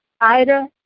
Ida